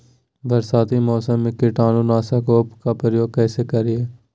बरसाती मौसम में कीटाणु नाशक ओं का प्रयोग कैसे करिये?